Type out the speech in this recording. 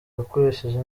yakoresheje